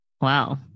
Wow